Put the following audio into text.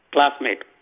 Classmate